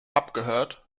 abgehört